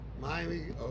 Miami